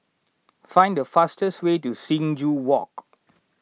find the fastest way to Sing Joo Walk